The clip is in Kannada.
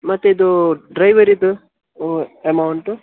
ಮತ್ತೆ ಇದು ಡ್ರೈವರಿದ್ದು ಅಮೌಂಟ್